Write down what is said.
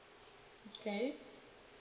okay